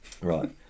Right